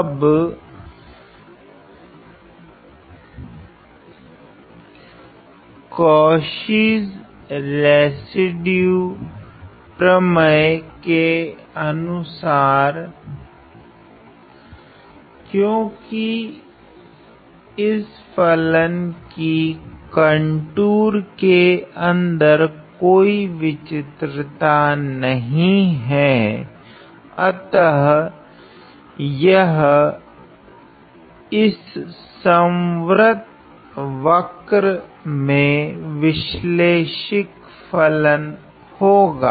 अब Cauchy's residue प्रमेय के अनुसार क्योकि इस फलन की कंटूर के अंदर कोई विचित्रता नहीं है अतः यह इस संवर्त वक्र मे विश्लेषिक फलन होगा